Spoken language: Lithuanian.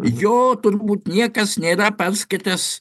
jo turbūt niekas nėra perskaitęs